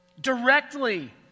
directly